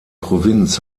provinz